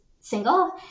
single